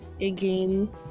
Again